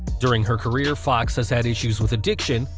during her career, fox has had issues with addiction,